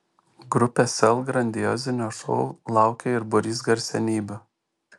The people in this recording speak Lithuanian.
grupės sel grandiozinio šou laukia ir būrys garsenybių